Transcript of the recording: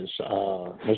Mr